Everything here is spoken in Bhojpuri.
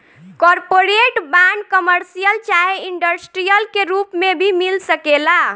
कॉरपोरेट बांड, कमर्शियल चाहे इंडस्ट्रियल के रूप में भी मिल सकेला